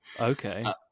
Okay